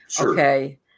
okay